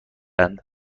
اند